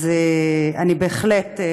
אז אני בהחלט,